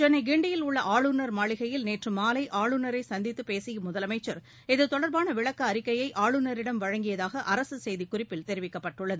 சென்னை கிண்டியில் உள்ள ஆளுநர் மாளிகையில் நேற்று மாலை ஆளுநரை சந்தித்து பேசிய முதலமைச்சர் இது தொடர்பான விளக்க அறிக்கையை ஆளுநரிடம் வழங்கியதாக அரசு செய்திக்குறிப்பில் தெரிவிக்கப்பட்டுள்ளது